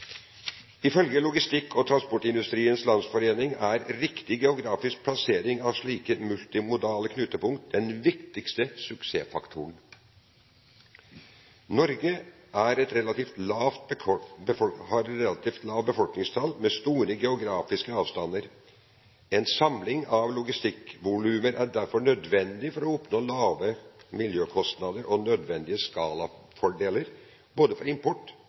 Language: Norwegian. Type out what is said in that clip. Ifølge Logistikk- og Transportindustriens Landsforening er riktig geografisk plassering av slike multimodale knutepunkt den viktigste suksessfaktoren. Norge har et relativt lavt befolkningstall, men store geografiske avstander. En samling av logistikkvolumer er derfor nødvendig for å oppnå lavere miljøkostnader og nødvendige skalafordeler for både import,